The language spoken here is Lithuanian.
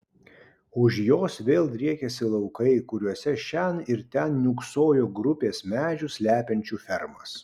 už jos vėl driekėsi laukai kuriuose šen ir ten niūksojo grupės medžių slepiančių fermas